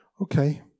Okay